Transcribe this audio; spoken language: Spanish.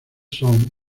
son